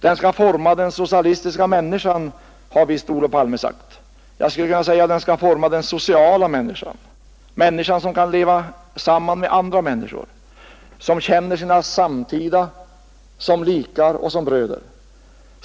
— Den skall forma den socialistiska människan, har visst Olof Palme sagt; jag skulle kunna säga att den skall forma den sociala människan, människan som kan leva samman med andra människor, som känner sina samtida som likar och som bröder.